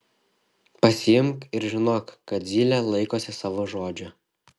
pasiimk ir žinok kad zylė laikosi savo žodžio